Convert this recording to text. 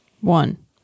one